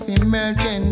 emergency